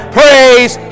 praise